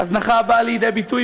הזנחה הבאה לידי ביטוי,